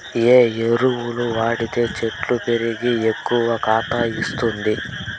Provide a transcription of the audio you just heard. ఏ ఎరువులు వాడితే చెట్టు పెరిగి ఎక్కువగా కాత ఇస్తుంది?